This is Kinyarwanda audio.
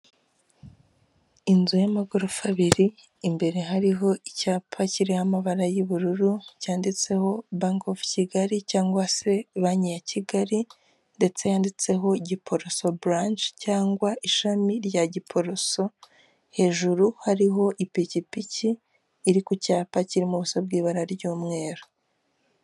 Inzu y'amagorofa abiri imbere hariho icyapa kiriho amabara y'ubururu cyanditseho banki ofu Kigali cyangwa se banki ya Kigali ndetse yanditseho Giporoso buranshe, cyangwa ishami rya Giporoso, hejuru hariho ipikipiki iri ku cyapa k'irimoso bw'ibara ry'umweru.